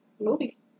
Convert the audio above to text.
Movies